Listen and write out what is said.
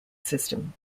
system